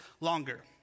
longer